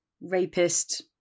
rapist